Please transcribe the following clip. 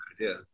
idea